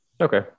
Okay